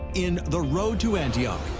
in the road to antioch,